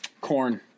Corn